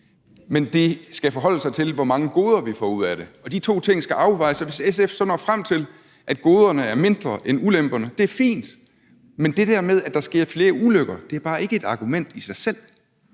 men det skal holdes op imod, hvor mange goder vi får ud af det. De to ting skal afvejes, og hvis SF så når frem til, at goderne er mindre end ulemperne, er det fint, men det der med, at der sker flere ulykker, er bare ikke et argument i sig selv.